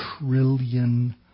Trillion